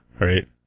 right